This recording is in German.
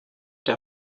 der